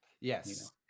Yes